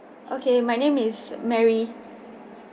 okay my name is mary